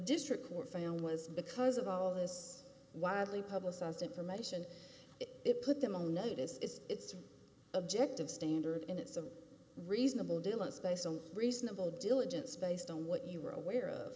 district court found was because of all this wildly publicized information it put them on notice is its objective standard and it's a reasonable deal in space on reasonable diligence based on what you were aware of